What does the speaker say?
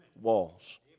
walls